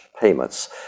payments